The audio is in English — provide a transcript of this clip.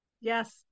Yes